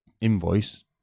invoice